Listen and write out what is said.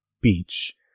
beach